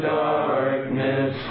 darkness